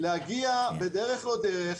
להגיע בדרך לא דרך,